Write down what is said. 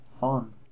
fun